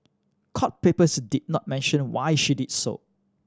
court papers did not mention why she did so